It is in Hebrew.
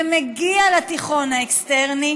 ומגיע לתיכון האקסטרני,